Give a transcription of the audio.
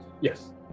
Yes